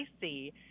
see